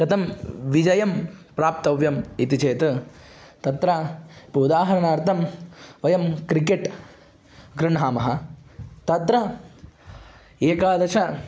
कथं विजयं प्राप्तव्यम् इति चेत् तत्र उदाहरणार्थं वयं क्रिकेट् गृह्णामः तत्र एकादश